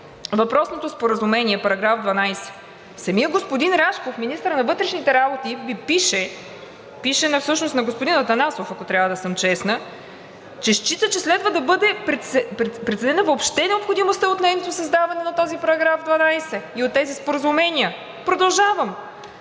въпросното споразумение § 12. Самият господин Рашков – министърът на вътрешните работи, Ви пише, пише всъщност на господин Атанасов, ако трябва да съм честна, че счита, че „следва да бъде преценена въобще необходимостта от нейното създаване“ – на този § 12 и на тези споразумения. Продължавам: